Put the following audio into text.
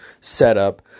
setup